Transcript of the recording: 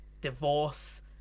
divorce